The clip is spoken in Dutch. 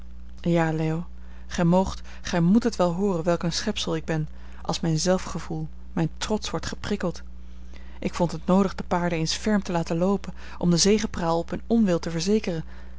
ja leo gij moogt gij moet het wel hooren welk een schepsel ik ben als mijn zelfgevoel mijn trots wordt geprikkeld ik vond het noodig de paarden eens ferm te laten loopen om de zegepraal op hun onwil te verzekeren